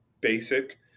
basic